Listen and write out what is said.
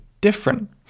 different